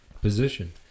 Position